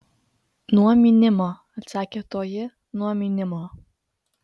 nuo mynimo atsakė toji nuo mynimo